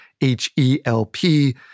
H-E-L-P